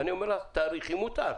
אני אומר לה: תאריכי מותר.